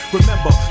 Remember